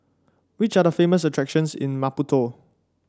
which are the famous attractions in Maputo